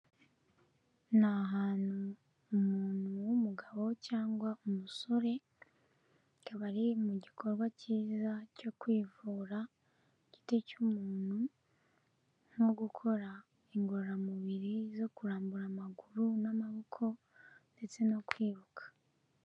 Ni ahantu umuntu w'umugabo cyangwa umusore, akaba ari mu gikorwa cyiza cyo kwivura ku giti cy'umuntu nko gukora ingororamubiri zo kurambura amaguru n'amaboko ndetse no kwibuka.